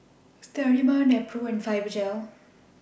Sterimar Nepro and Fibogel